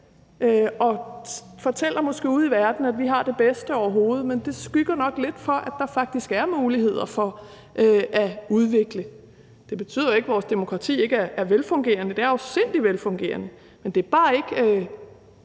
og fortæller måske ude i verden, at vi har det bedste overhovedet, men det skygger nok lidt for, at der faktisk er muligheder for at udvikle det. Det betyder ikke, at vores demokrati ikke er velfungerende; det er afsindig velfungerende. Men det er bare ikke